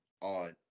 on